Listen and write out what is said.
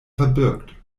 verbirgt